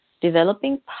developing